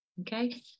Okay